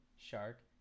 shark